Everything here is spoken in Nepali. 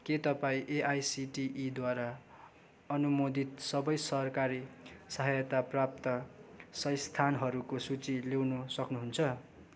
के तपाईँ एआइसिटिईद्वारा अनुमोदित सबै सरकारी सहायताप्राप्त संस्थानहरूको सूची ल्याउनु सक्नुहुन्छ